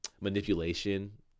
manipulation